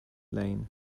lane